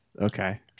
Okay